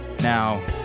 Now